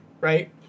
Right